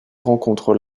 rencontre